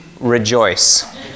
Rejoice